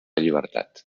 llibertat